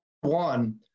one